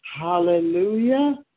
Hallelujah